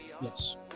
yes